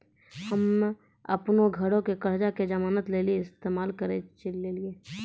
हम्मे अपनो घरो के कर्जा के जमानत लेली इस्तेमाल करि लेलियै